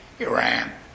Iran